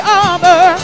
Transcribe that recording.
armor